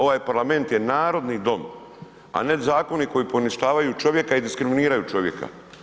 Ovaj parlament je narodni dom, a ne zakoni koji poništavaju čovjeka i diskriminiraju čovjeka.